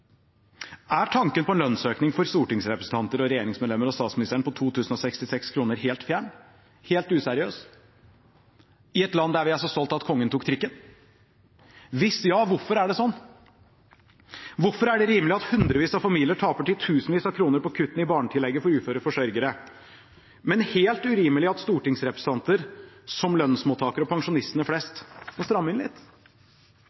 Er tanken på en lønnsøkning for stortingsrepresentanter og regjeringsmedlemmer og statsministeren på 2 066 kr helt fjern, helt useriøs, i et land der vi er så stolte av at kongen tok trikken? Hvis ja, hvorfor er det sånn? Hvorfor er det rimelig at hundrevis av familier taper titusenvis av kroner på kuttene i barnetillegget for uføre forsørgere, men helt urimelig at stortingsrepresentanter, som lønnsmottakere og pensjonister flest,